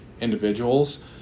individuals